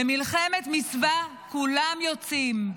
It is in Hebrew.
במלחמת מצווה כולם יוצאים,